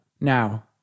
now